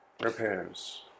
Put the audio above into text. repairs